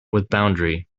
boundary